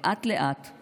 לאט-לאט /